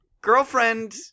girlfriend